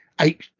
eight